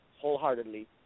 wholeheartedly